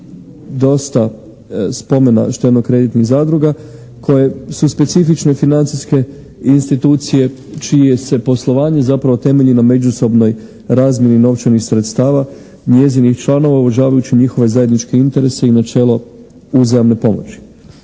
dosta spomena štedno-kreditnih zadruga koje su specifične financijske institucije čije se poslovanje zapravo temelji na međusobnoj razmjeni novčanih sredstava njezinih članova uvažavajući njihove zajedničke interese i načelo uzajamne pomoći.